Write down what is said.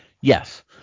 Yes